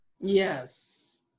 yes